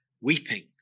weeping